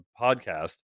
podcast